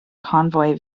convoy